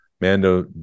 mando